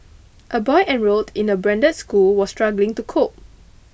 a boy enrolled in a branded school was struggling to cope